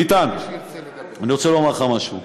ביטן, אני רוצה לומר לך משהו,